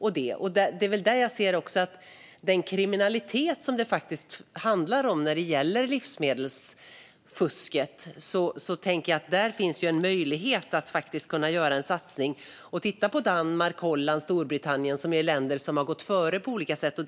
När det gäller den kriminalitet som det handlar om i samband med livsmedelsfusk tänker jag att det finns en möjlighet att göra en satsning och titta på Danmark, Holland och Storbritannien, som är länder som har gått före på olika sätt.